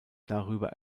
darüber